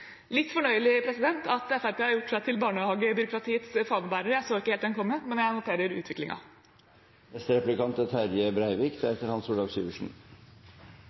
Litt fornøyelig er det at Fremskrittspartiet har gjort seg til barnehagebyråkratiets fanebærer – jeg så ikke helt den komme – men jeg noterer utviklingen. Etter at avtala om RNB vart kjend, var reaksjonen frå Marianne Marthinsen: «Hovedinntrykket er